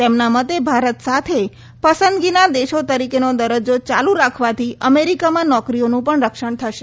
તેમના મતે ભારત સાથે પસંદગીના દેશ તરીકેનો દરજજો ચાલુ રાખવાથી અમેરિકામાં નોકરીઓનું પણ રક્ષણ થશે